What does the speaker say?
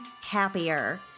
happier